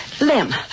Lem